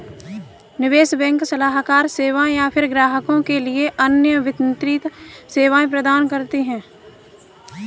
निवेश बैंक सलाहकार सेवाएँ या फ़िर ग्राहकों के लिए अन्य वित्तीय सेवाएँ प्रदान करती है